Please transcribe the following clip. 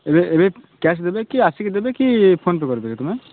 ଏବେ ଏବେ କ୍ୟାସ୍ ଦେବେ କି ଆସିକି ଦେବେ କି ଫୋନ୍ପେ କରିଦେବେ ତୁମେ